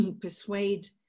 persuade